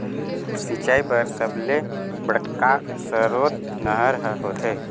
सिंचई बर सबले बड़का सरोत नहर ह होथे